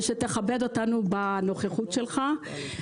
ושתכבד אותנו בנוכחות שלך.